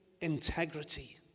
integrity